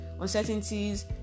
uncertainties